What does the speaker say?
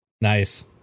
Nice